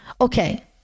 okay